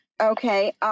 Okay